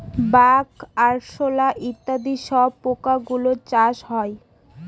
bug, আরশোলা ইত্যাদি সব পোকা গুলোর চাষ হয়